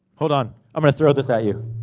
hold on. i'm gonna throw this at you.